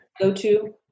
go-to